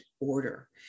order